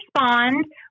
respond